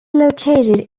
located